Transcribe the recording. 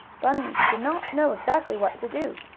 bunny did not know exactly what to do.